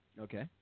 Okay